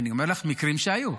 --- אני אומר לך מקרים שהיו.